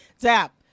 Zap